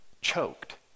choked